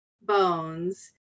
bones